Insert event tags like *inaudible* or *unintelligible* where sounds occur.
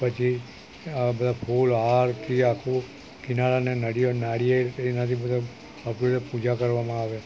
પછી આવા બધા ફૂલ હાર કે એ આખું કિનારાને નારિયેળ નારિયેળ એનાથી બધે *unintelligible* પૂજા કરવામાં આવે